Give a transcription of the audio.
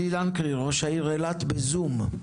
אלי לנקרי, ראש העיר אילת בזום.